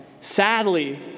sadly